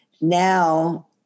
Now